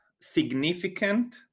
significant